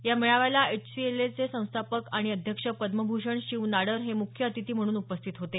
या मेळाव्याला H C L चे संस्थापक आणि अध्यक्ष पद्मभूषण शिव नाडर हे मुख्य अतिथी म्हणून उपस्थित होते